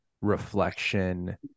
reflection